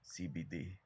CBD